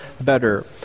better